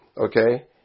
okay